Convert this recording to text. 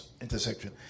intersection